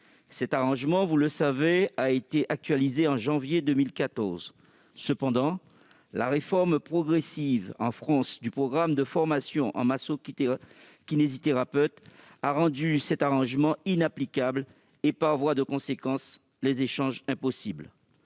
Cet arrangement a été actualisé en janvier 2014. Cependant, la réforme progressive, en France, du programme de formation en masso-kinésithérapie a rendu cet arrangement inapplicable et, par voie de conséquence, les échanges impossibles.